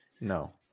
No